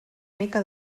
mica